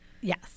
Yes